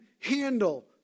handle